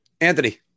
Anthony